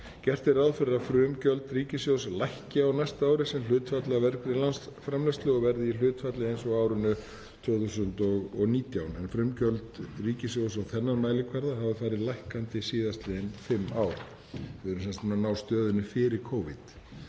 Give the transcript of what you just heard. Gert er ráð fyrir að frumgjöld ríkissjóðs lækki á næsta ári sem hlutfall af vergri landsframleiðslu og verði í hlutfalli eins og á árinu 2019, en frumgjöldin ríkissjóðs á þennan mælikvarða hafa farið lækkandi síðastliðin fimm ár. Við erum sem sagt búin að ná stöðunni fyrir Covid.